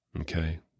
okay